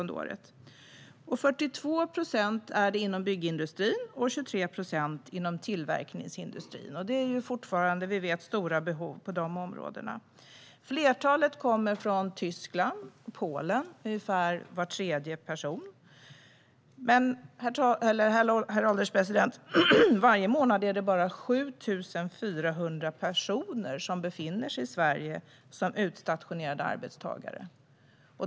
Av dem återfanns 42 procent inom byggindustrin och 23 procent inom tillverkningsindustrin. Vi vet att det fortfarande är stora behov på de områdena. Flertalet kommer från Tyskland och Polen - ungefär var tredje person. Men, herr ålderspresident, varje månad är det bara 7 400 personer som befinner sig i Sverige som utstationerade arbetstagare.